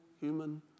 human